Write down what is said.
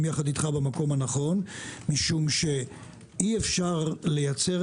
איתך במקום הנכון משום שאי אפשר לייצר